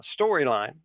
storyline